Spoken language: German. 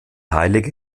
heilige